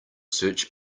search